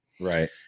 Right